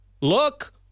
Look